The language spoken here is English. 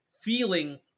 feeling